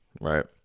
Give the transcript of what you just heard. Right